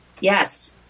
Yes